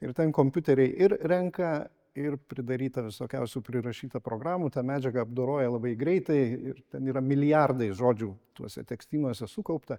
ir ten kompiuteriai ir renka ir pridaryta visokiausių prirašyta programų tą medžiagą apdoroja labai greitai ir ten yra milijardai žodžių tuose tekstynuose sukaupta